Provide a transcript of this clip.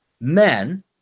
men